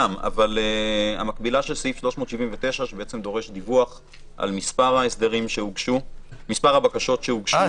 - המקבילה של סעיף 379 שדורש דיווח על מספר הבקשות שהוגשו.